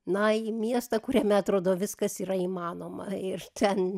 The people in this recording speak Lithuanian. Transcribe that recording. na į miestą kuriame atrodo viskas yra įmanoma ir ten